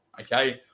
okay